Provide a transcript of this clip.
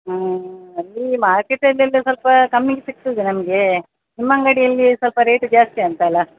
ಹಾಂ ಅಲ್ಲಿ ಮಾರ್ಕೆಟ್ ಅಲೆಲ್ಲ ಸ್ವಲ್ಪ ಕಮ್ಮಿಗೆ ಸಿಕ್ತದೆ ನಮಗೆ ನಿಮ್ಮ ಅಂಗಡಿಯಲ್ಲಿ ಸ್ವಲ್ಪ ರೇಟ್ ಜಾಸ್ತಿ ಅಂತಲ